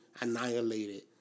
annihilated